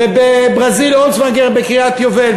ובברזיל-אולסוונגר בקריית-היובל,